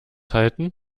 halten